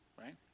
right